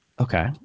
Okay